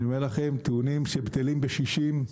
אני אומר לכם, הם טיעונים שבטלים בשישים.